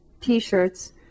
t-shirts